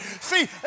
See